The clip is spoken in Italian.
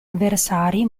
avversari